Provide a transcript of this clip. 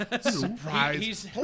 Surprise